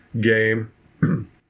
game